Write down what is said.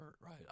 right